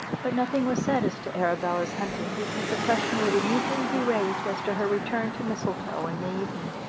but nothing was said as to arabella's hunting because the question would immediately be raised as to her return to mistletoe in the evening.